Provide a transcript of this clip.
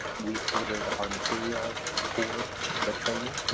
we ordered our material for the training.